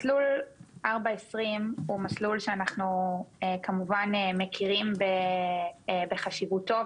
מסלול 4/20 הוא מסלול שאנחנו כמובן מכירים בחשיבותו.